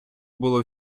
було